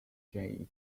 jade